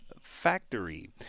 Factory